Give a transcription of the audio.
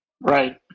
Right